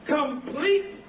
complete